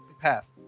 path